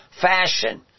fashion